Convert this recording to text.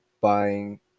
buying